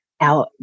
now